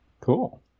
Cool